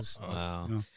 Wow